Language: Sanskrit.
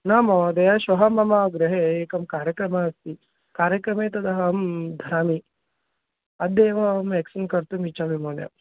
न महोदय श्वः मम गृहे एकः कार्यक्रमः अस्ति कार्यक्रमे तद् अहं धरामि अद्येव अहं एक्सेन्ज् कर्तुम् इच्छामि महोदय